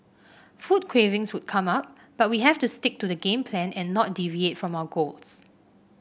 food cravings would come up but we have to stick to the game plan and not deviate from our goals